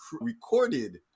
recorded